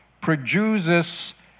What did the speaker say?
produces